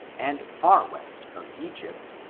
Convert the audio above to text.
and far west of egypt,